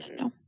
no